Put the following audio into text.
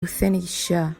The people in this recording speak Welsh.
ewthanasia